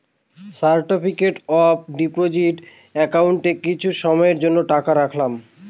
certificate of deposit একাউন্টে কিছু সময়ের জন্য টাকা রাখলাম